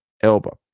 Elba